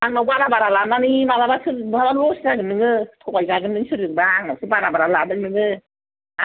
आंनाव बारा बारा लानानै मालाबा सोरजोंबा लस जागोन नोङो थगाय जोगोन नोङो सोरजोंबा आंनावसो बारा बारा लादों नोङो